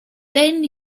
then